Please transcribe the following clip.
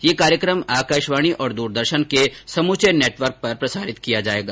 ये कार्यक्रम आकाशवाणी और द्रदर्शन के समूचे नेटवर्क पर प्रसारित किया जाएगा